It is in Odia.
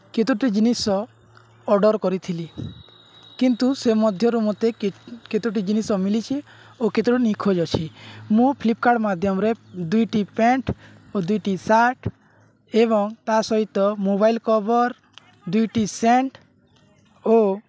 କେତୋଟି ଜିନିଷ ଅର୍ଡ଼ର୍ କରିଥିଲି କିନ୍ତୁ ସେ ମଧ୍ୟରୁ ମୋତେ କେତୋଟି ଜିନିଷ ମିଳିଛି ଓ କେତୋଟି ନିଖୋଜ ଅଛି ମୁଁ ଫ୍ଲିପ୍କାର୍ଟ୍ ମାଧ୍ୟମରେ ଦୁଇଟି ପ୍ୟାଣ୍ଟ୍ ଓ ଦୁଇଟି ସାର୍ଟ୍ ଏବଂ ତା ସହିତ ମୋବାଇଲ୍ କଭର୍ ଦୁଇଟି ସେଣ୍ଟ୍ ଓ